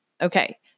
Okay